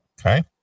Okay